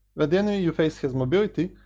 but the enemy you face has mobility,